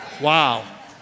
Wow